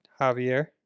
Javier